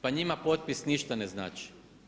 Pa njima potpis ništa ne znači.